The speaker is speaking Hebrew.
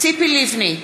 ציפי לבני,